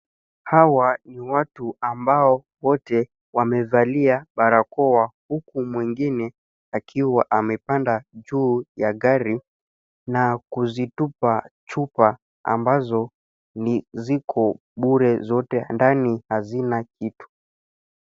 Hawa ni watu ambao wote wamevalia barakoa huku mwingine akiwa amepanda juu ya gari na kuzitupa chupa ambazo ziko bure zote ndani hazina kitu.